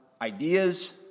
ideas